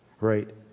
right